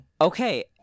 Okay